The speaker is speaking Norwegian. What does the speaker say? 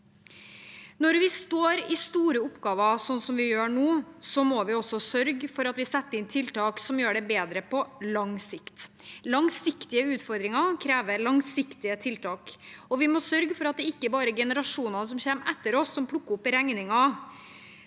Når vi står i store oppgaver, som vi gjør nå, må vi også sørge for at vi setter inn tiltak som gjør det bedre på lang sikt. Langsiktige utfordringer krever langsiktige tiltak, og vi må sørge for at det ikke bare er generasjonene som kommer etter oss, som plukker opp regningen.